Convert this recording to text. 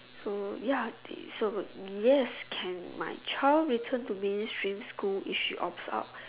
so ya they so yes can my child return to mainstream school if she opts out